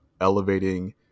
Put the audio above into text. elevating